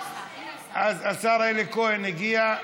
השר אלי כהן הגיע,